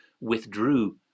withdrew